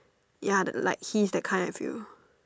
ya the like he is that kind of you